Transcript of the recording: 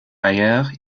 ailleurs